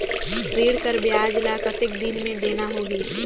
ऋण कर ब्याज ला कतेक दिन मे देना होही?